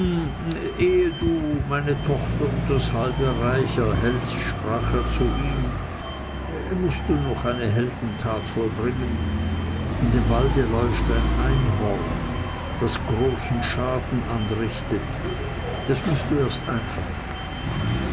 du meine tochter und das halbe reich erhältst sprach er zu ihm mußt du noch eine heldentat vollbringen in dem walde läuft ein einhorn das großen schaden anrichtet das mußt du erst einfangen